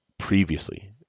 previously